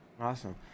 Awesome